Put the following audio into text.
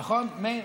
נכון, מאיר?